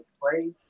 play